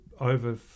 over